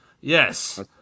Yes